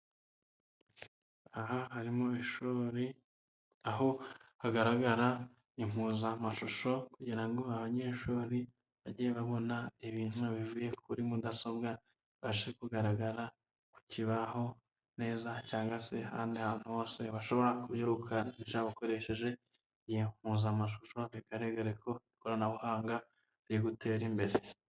Aha harimo ishuri, aho hagaragara impuzamashusho kugirango abanyeshuri bajye babona ibintu bivuye kuri mudasobwa, bibashe kugaragara ku kibaho neza cyangwa se ahandi hantu hose bashobora ku murika bakoresheje iyi mpuzamashusho bigaragare ko ikoranabuhanga ririgutera imbere.